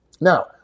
Now